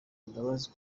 imbabazi